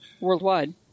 worldwide